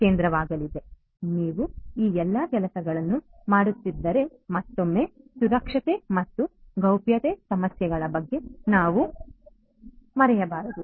ಆದ್ದರಿಂದ ನೀವು ಈ ಎಲ್ಲ ಕೆಲಸಗಳನ್ನು ಮಾಡುತ್ತಿದ್ದರೆ ಮತ್ತೊಮ್ಮೆ ಸುರಕ್ಷತೆ ಮತ್ತು ಗೌಪ್ಯತೆ ಸಮಸ್ಯೆಗಳ ಬಗ್ಗೆ ನಾವು ಮರೆಯಬಾರದು